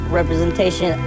representation